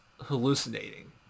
hallucinating